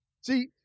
See